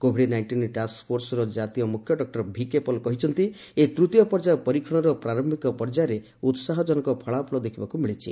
Covid nineteen task ଫୋର୍ସର ଜାତୀୟ ମୁଖ୍ୟ ଡକ୍ଟର ଭିକେପଲ୍ କହିଛନ୍ତି ଏହି ତୃତୀୟ ପର୍ଯ୍ୟାୟ ପରୀକ୍ଷଣର ପ୍ରାର୍ୟିକ ପର୍ଯ୍ୟାୟରେ ଉହାହଜନକ ଫଳାଫଳ ଦେଖିବାକୁ ମିଳିଛି